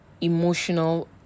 emotional